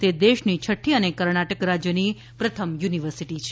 તે દેશની છઠ્ઠી અને કર્ણાટક રાજ્યની પ્રથમ યુનિવર્સિટી છે